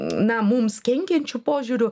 na mums kenkiančiu požiūriu